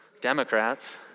Democrats